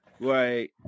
right